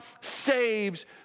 saves